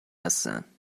هستند